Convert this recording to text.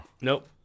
Nope